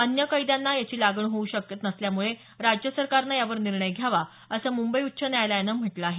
अन्य कैद्यांना याची लागण होऊ शकतं असल्यामुळे राज्य सरकारनं यावर निर्णय घ्यावा असं मुंबई उच्च न्यायालयानं म्हटलं आहे